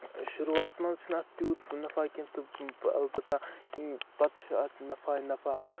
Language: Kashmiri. شُروٗواتَس منٛز چھُنہٕ اَتھ تیوٗت نَفع کیٚنہہ تہٕ اَلبتہ تہٕ پَتہٕ چھُ اَتھ نَفع ہٕے نَفع